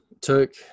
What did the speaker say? Took